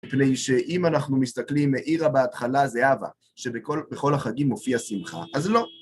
לפי שאם אנחנו מסתכלים מאירה בהתחלה זה אבא, שבכל החגים מופיע שמחה, אז לא.